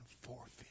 forfeit